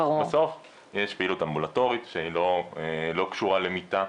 בסוף יש פעילות אמבולטורית שהיא לא קשורה למיטה.